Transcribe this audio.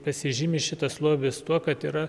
pasižymi šitas lobis tuo kad yra